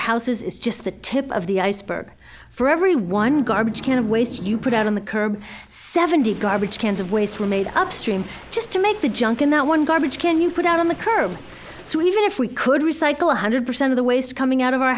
houses is just the tip of the iceberg for everyone garbage can of waste you put out on the curb seventy garbage cans of waste were made upstream just to make the junk in that one garbage can you put out on the curb so even if we could recycle one hundred percent of the waste coming out of our